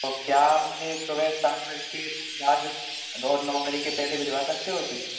और क्या आप मुझे सुबह सात बजे के बाद और नौ बजे से पहले भिजवा सकते हो उसे